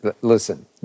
listen